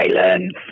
silence